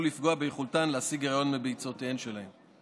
לפגוע ביכולתן להשיג היריון מביציותיהן שלהן.